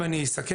אם אני אסכם,